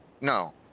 no